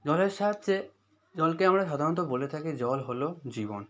জলের সাহায্যে জলকে আমরা সাধারণত বলে থাকি জল হলো জীবন